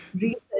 research